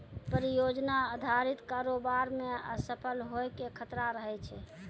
परियोजना अधारित कारोबार मे असफल होय के खतरा रहै छै